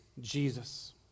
Jesus